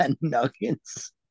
nuggets